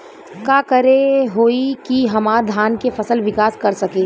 का करे होई की हमार धान के फसल विकास कर सके?